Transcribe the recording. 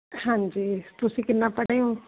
ਹਾਂਜੀ ਤੁਸੀਂ ਕਿੰਨਾ ਪੜ੍ਹੇ ਹੋ